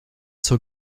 zur